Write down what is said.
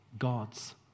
gods